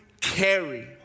carry